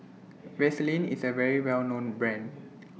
Vaselin IS A Well known Brand